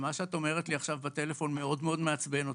שמה שאת אומרת לי עכשיו בטלפון מאוד מאוד מעצבן אותי.